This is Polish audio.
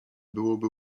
byłoby